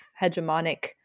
hegemonic